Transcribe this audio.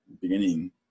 beginning